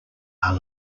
are